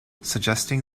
suggesting